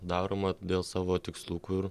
daroma dėl savo tikslų kur